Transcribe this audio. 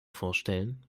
vorstellen